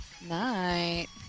night